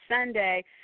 Sunday